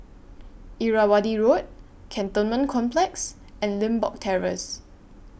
Irrawaddy Road Cantonment Complex and Limbok Terrace